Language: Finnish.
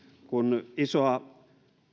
kun isoa